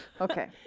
Okay